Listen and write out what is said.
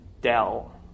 Dell